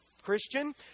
Christian